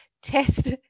test